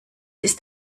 ist